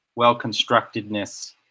well-constructedness